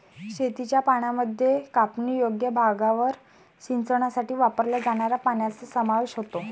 शेतीच्या पाण्यामध्ये कापणीयोग्य भागावर सिंचनासाठी वापरल्या जाणाऱ्या पाण्याचा समावेश होतो